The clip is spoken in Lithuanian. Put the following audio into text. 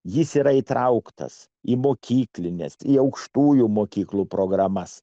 jis yra įtrauktas į mokyklinės į aukštųjų mokyklų programas